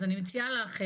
אז אני מציעה לך אלינה,